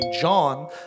John